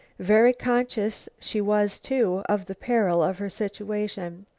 very conscious she was, too, of the peril of her situation.